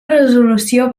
resolució